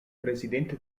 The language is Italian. presidente